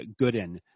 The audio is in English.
Gooden